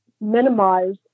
minimize